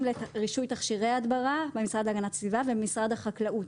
לרישוי תכשירי הדברה במשרד להגנת הסביבה ובמשרד החקלאות.